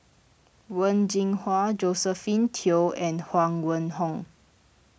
Wen Jinhua Josephine Teo and Huang Wenhong